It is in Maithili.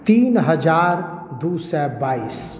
तीन हजार दू सए बाइस